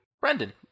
Brendan